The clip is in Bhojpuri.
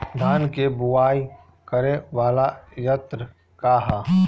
धान के बुवाई करे वाला यत्र का ह?